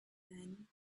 then